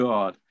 God